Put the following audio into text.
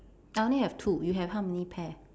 I only have two you have how many pair